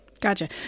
Gotcha